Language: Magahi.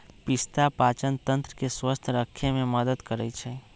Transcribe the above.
पिस्ता पाचनतंत्र के स्वस्थ रखे में मदद करई छई